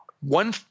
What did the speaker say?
One